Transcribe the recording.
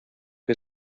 que